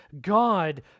God